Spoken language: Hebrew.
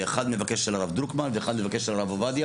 ואחד מבקש של הרב דרוקמן ואחד מבקש של הרב עובדיה